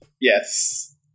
Yes